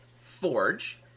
Forge